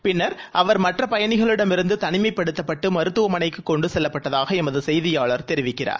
பின்னர் அவர் மற்ற பயணிகளிடம் இருந்து தனிமைப்படுத்தப்பட்டு மருத்துவமனைக்கு கொண்டு செல்லப்பட்டதாக எமது செய்தியாளர் தெரிவிக்கிறார்